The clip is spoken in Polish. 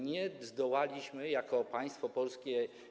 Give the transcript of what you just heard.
Nie zdołaliśmy jako państwo polskie.